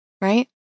Right